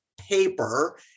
paper